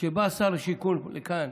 כשבא שר השיכון לכאן